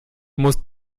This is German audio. muss